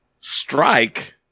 strike